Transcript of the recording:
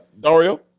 Dario